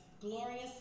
glorious